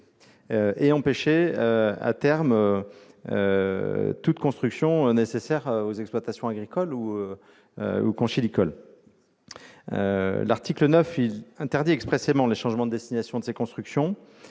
et empêcher, à terme, toute construction nécessaire aux exploitations agricoles ou conchylicoles. L'article 9 vise à interdire expressément les changements de destination de ces constructions,